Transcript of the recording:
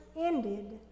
ended